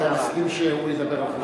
אתה מסכים שהוא ידבר על חשבונך?